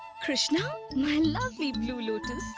krishna, my lovely blue lotus,